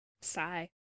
Sigh